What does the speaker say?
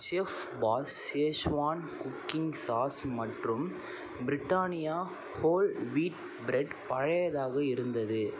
chef's Schezwan cooking sauce மற்றும் Britannia whole wheat bread பழையதாக இருந்தது